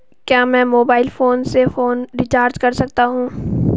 क्या मैं mobile phone से फोन रिचार्ज कर सकता हूं?